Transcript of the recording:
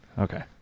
Okay